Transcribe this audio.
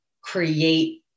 create